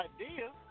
idea